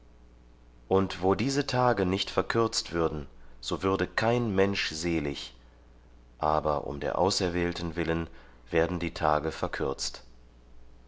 und wo diese tage nicht verkürzt würden so würde kein mensch selig aber um der auserwählten willen werden die tage verkürzt